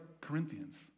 Corinthians